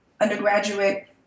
undergraduate